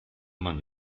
man